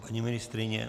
Paní ministryně?